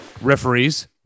Referees